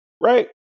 right